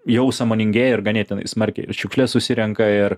jau sąmoningėja ir ganėtinai smarkiai šiukšles susirenka ir